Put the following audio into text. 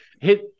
hit